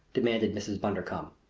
demanded mrs. bundercombe,